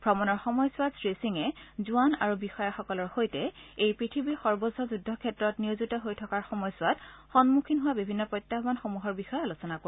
ভ্ৰমণৰ সময়ছোৱাত শ্ৰীসিঙে জোৱান আৰু বিষয়াসকলৰ সৈতে এই পৃথিৱীৰ সৰ্বোচ্চ যুদ্ধক্ষেত্ৰত নিয়োজিত হৈ থকাৰ সময়ছোৱাত সন্মুখীন হোৱা বিভিন্ন প্ৰত্যাহানসমূহৰ বিষয়ে আলোচনা কৰিব